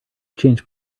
change